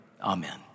Amen